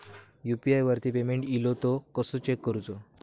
UPI वरती payment इलो तो कसो चेक करुचो?